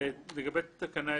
לגבי תקנה 10(ג),